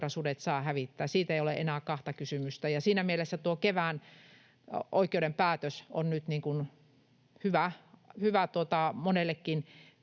saa hävittää, siitä ei ole enää kahta kysymystä. Siinä mielessä tuo kevään oikeuden päätös on nyt hyvä monellekin